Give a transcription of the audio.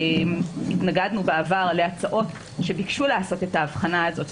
שהתנגדנו בעבר להצעות שביקשו לעשות את ההבחנה הזאת,